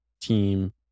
team